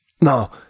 Now